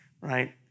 right